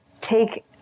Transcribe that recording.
take